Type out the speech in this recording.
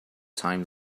time